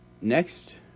next